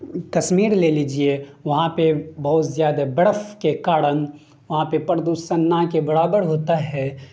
کشیر لے لیجیے وہاں پہ بہت زیادہ برف کے کارن وہاں پہ پردوشن نہ کے برابر ہوتا ہے